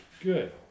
Good